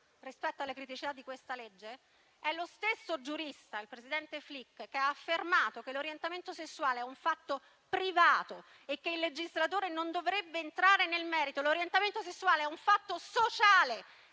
rispetto alle criticità di questa legge, il presidente Flick, è lo stesso giurista che ha affermato che l'orientamento sessuale è un fatto privato e che il legislatore non dovrebbe entrare nel merito. L'orientamento sessuale è un fatto sociale: